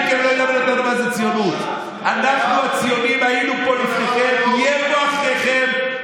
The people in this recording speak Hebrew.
אנחנו הציונים, היינו פה לפניכם, נהיה פה אחריכם.